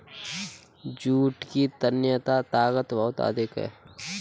jute की तन्यता ताकत बहुत अधिक है